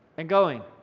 and going.